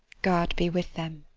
god be with them.